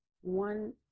one